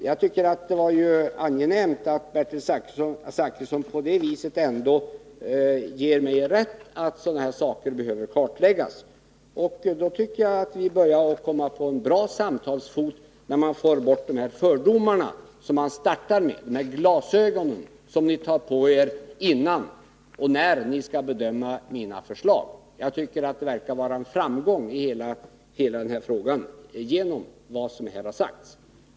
Jag tycker att det var angenämt att Bertil Zachrisson på det viset ändå ger mig rätt i att sådana här saker behöver kartläggas. Då tycker jag att vi börjar komma på en bra samtalsfot, när man för bort de fördomar som man startar med, de här glasögonen som ni tar på när ni skall bedöma mina förslag. Det verkar vara en framgång för hela frågan genom vad som här har sagts.